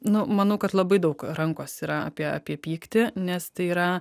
nu manau kad labai daug rankos yra apie apie pyktį nes tai yra